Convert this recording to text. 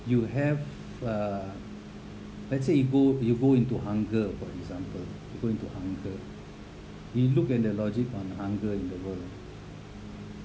you have uh let's say you go you go into hunger for example you go into hunger we look at the logic on hunger in the world